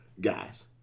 guys